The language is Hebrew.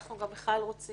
אנחנו גם בכלל רוצים